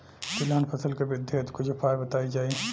तिलहन फसल के वृद्धी हेतु कुछ उपाय बताई जाई?